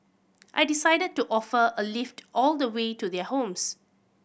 I decided to offer a lift all the way to their homes